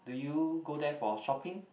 do you go there for shopping